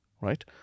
right